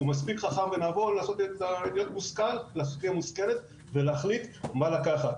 הוא מספיק חכם ונבון לעשות בחירה מושכלת ולהחליט מה לקחת.